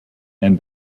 and